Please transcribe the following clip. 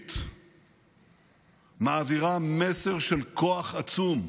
לאומית מעבירה מסר של כוח עצום,